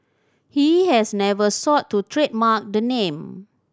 he has never sought to trademark the name